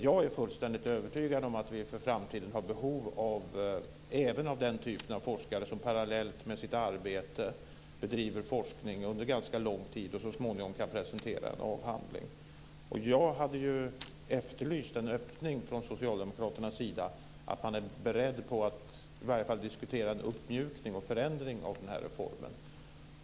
Jag är fullständigt övertygad om att vi för framtiden har behov även av den typen av forskare som parallellt med sitt arbete bedriver forskning under ganska lång tid och som så småningom kan presentera en avhandling. Jag hade efterlyst en öppning hos socialdemokraterna, att man är beredd att i varje fall diskutera en uppmjukning och en förändring av den här reformen.